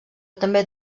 també